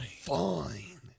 Fine